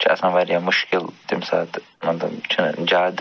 چھِ آسان واریاہ مُشکِل تَمہِ ساتہٕ مطلب چھِنہٕ زیادٕ